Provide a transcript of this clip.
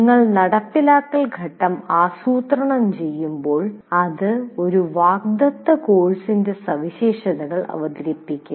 നിങ്ങൾ നടപ്പിലാക്കൽ ഘട്ടം ആസൂത്രണം ചെയ്യുമ്പോൾ അത് ഒരു വാഗ്ദത്തകോഴ്സിന്റെ സവിശേഷതകൾ അവതരിപ്പിക്കും